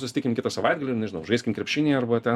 susitikim kitą savaitgalį ir nežinau žaiskim krepšinį arba ten